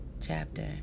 Chapter